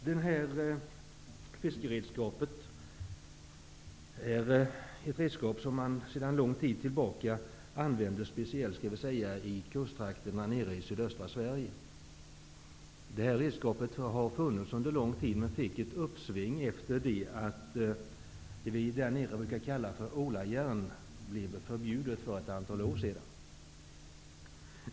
Detta fiskeredskap är ett redskap som man sedan lång tid tillbaka använder speciellt i kusttrakterna i sydöstra Sverige. Redskapet har funnits under lång tid, men fick ett uppsving efter det att det, som vi därnere brukar kalla för ålajärn, blev förbjudet för ett antal år sedan.